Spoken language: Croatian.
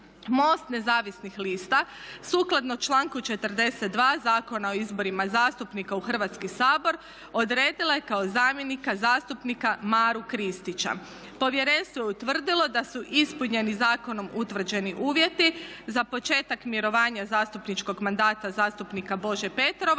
MOST nezavisnih lista sukladno članku 42. Zakona o izborima zastupnika u Hrvatski sabor odredila je kao zamjenika zastupnika Maru Kristića. Povjerenstvo je utvrdilo da su ispunjeni zakonom utvrđeni uvjeti za početak mirovanja zastupničkog mandata zastupnika Bože Petrova